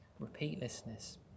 repeatlessness